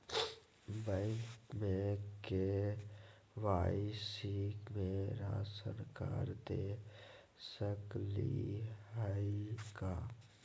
Bank में KYC में ration card दे सकली हई का?